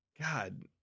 God